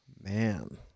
Man